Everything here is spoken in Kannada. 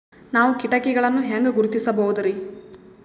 ನಾವು ಕೀಟಗಳನ್ನು ಹೆಂಗ ಗುರುತಿಸಬೋದರಿ?